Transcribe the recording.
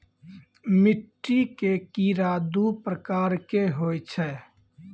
मिट्टी के कीड़ा दू प्रकार के होय छै